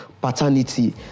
paternity